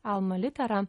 alma litera